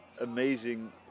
amazing